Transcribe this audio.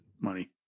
money